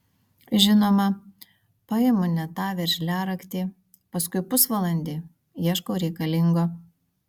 žinoma paimu ne tą veržliaraktį paskui pusvalandį ieškau reikalingo